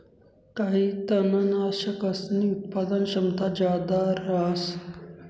काही तननाशकसनी उत्पादन क्षमता जादा रहास